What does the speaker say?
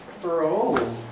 bro